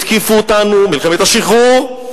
התקיפו אותנו במלחמת השחרור,